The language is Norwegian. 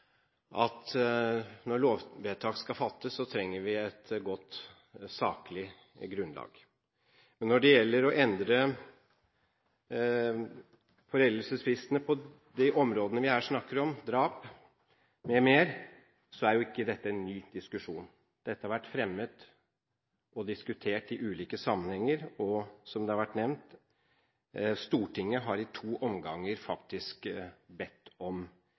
at når lovvedtak skal fattes, trenger vi et godt, saklig grunnlag. Når det gjelder å endre foreldelsesfristen på de områdene vi her snakker om – drap m.m. – så er jo ikke dette en ny diskusjon. Dette har vært fremmet og diskutert i ulike sammenhenger, og Stortinget har, som det har vært nevnt, i to omganger faktisk bedt om